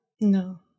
No